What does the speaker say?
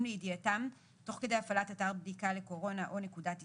לידיעתם תוך כדי הפעלת אתר הבדיקה לקורונה או נקודת האיסוף,